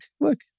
look